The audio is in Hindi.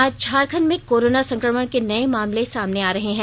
आज झारखंड में कोरोना संक्रमण के नए मामले सामने आ रहे हैं